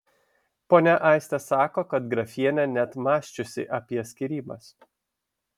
ponia aistė sako kad grafienė net mąsčiusi apie skyrybas